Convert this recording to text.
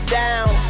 down